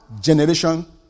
generation